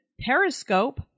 Periscope